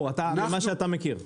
ממה שאתה מכיר.